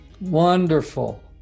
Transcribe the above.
Wonderful